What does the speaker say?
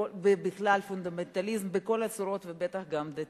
בכלל פונדמנטליזם בכל הצורות ובטח גם דתי.